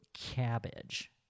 cabbage